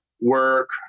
work